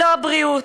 לא הבריאות,